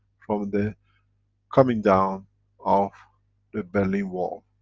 from the coming down of the berlin wall.